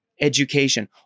education